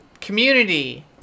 Community